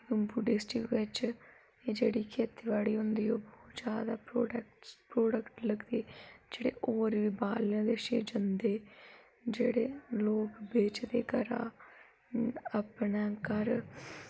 Jammu district बिच्च एह् जेह्ड़ी खेती बाड़ी होंदी ओह् बौह्त जैदा प्रोडक्ट प्रोडक्ट लगदे जेह्ड़े होर बी बाह्रले देशें जंदे जेह्ड़े लोक बेचदे घरा अपने घर